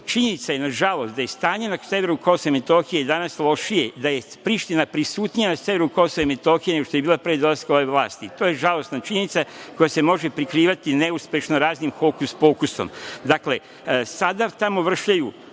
činjenica je da je stanje na severu Kosova i Metohije danas lošije, da je Priština prisutnija na severu Kosova i Metohije nego što je bila pre dolaska ove vlasti. To je žalosna činjenica koja se može prikrivati neuspešno raznim hokuspokusom. Dakle, sada tamo vršljaju